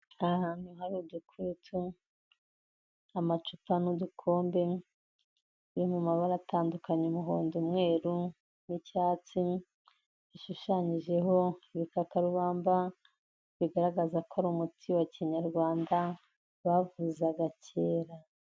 Aha hantu hari uducucu, amacupa n'udukombe biri mu mabara atandukanye umuhondo, umweru n'icyatsi gishushanyijeho ibikakarubamba bigaragaza ko ari umuti wa kinyarwanda bavuzaga kera.